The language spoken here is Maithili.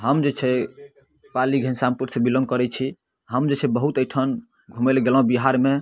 हम जे छै पाली घनश्यामपुरसँ बिलॉन्ग करै छी हम जे छै बहुत एहिठाम घुमै लए गेलहुँ बिहारमे